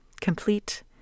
Complete